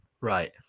right